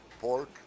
pork